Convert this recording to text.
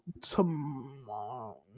tomorrow